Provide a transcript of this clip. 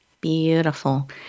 Beautiful